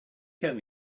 comb